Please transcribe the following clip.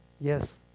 yes